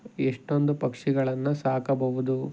ಎಷ್ಟೊಂದು ಪಕ್ಷಿಗಳನ್ನು ಸಾಕಬಹುದು